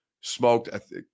smoked